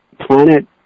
planet